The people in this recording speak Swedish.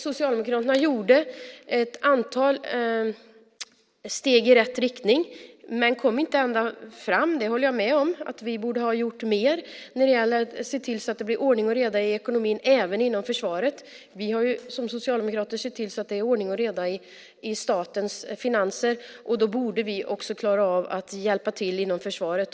Socialdemokraterna tog ett antal steg i rätt riktning men nådde inte ända fram. Jag håller med om att vi borde ha gjort mer när det gäller att se till att det blir ordning och reda även i ekonomin inom försvaret. Vi socialdemokrater har ju sett till att det är ordning och reda i statens finanser, så vi borde också klara av att hjälpa till inom försvaret.